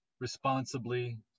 responsibly